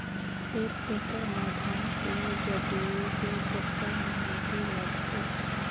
एक एकड़ म धान के जगोए के कतका मेहनती लगथे?